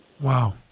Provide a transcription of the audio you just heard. Wow